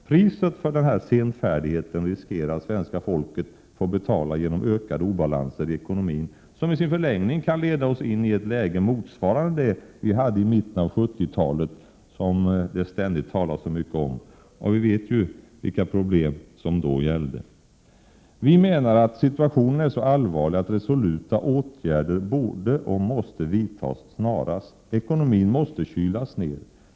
Priset för denna senfärdighet riskerar svenska folket att få betala genom ökade obalanser i ekonomin som i sin förlängning kan leda oss in i ett läge motsvarande det vi hade i mitten av 1970-talet, som det ständigt talas så mycket om. Vi vet vilka problem som då uppstod. Vi kristdemokrater menar att situationen är så allvarlig att resoluta åtgärder måste vidtas snarast. Ekonomin måste kylas ned.